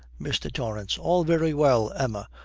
mr. torrance. all very well, emma,